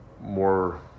more